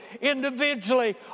individually